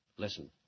listen